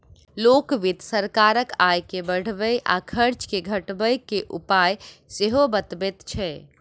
लोक वित्त सरकारक आय के बढ़बय आ खर्च के घटबय के उपाय सेहो बतबैत छै